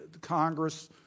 Congress